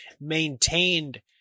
maintained